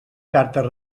cartes